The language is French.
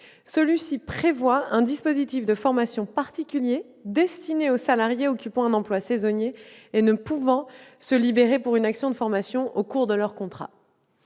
lequel prévoit un dispositif de formation particulier destiné aux salariés occupant un emploi saisonnier et ne pouvant se libérer pour une action de formation au cours de leur contrat.